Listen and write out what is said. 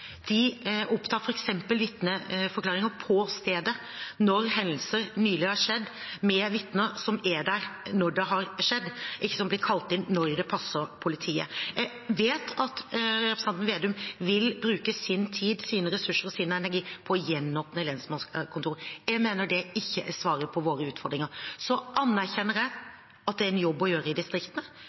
De opptar f.eks. vitneforklaringer på stedet når hendelser nylig har skjedd, med vitner som er der når noe har skjedd – ikke som blir kalt inn når det passer for politiet. Jeg vet at representanten Slagsvold Vedum vil bruke sin tid, sine ressurser og sin energi på å gjenåpne lensmannskontorer. Jeg mener at det ikke er svaret på våre utfordringer. Jeg erkjenner at det er en jobb å